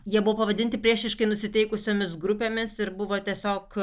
jie buvo pavadinti priešiškai nusiteikusiomis grupėmis ir buvo tiesiog